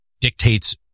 dictates